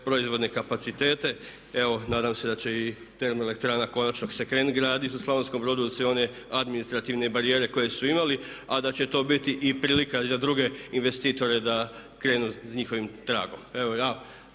proizvodne kapacitete. Evo nadam se da će i termoelektrana konačno se krenuti graditi u Slavonskom Brodu da se i one administrativne barijere koje su imali, a da će to biti prilika i za druge investitore da krenu njihovim tragom. Evo ja